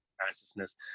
consciousness